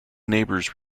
neighbors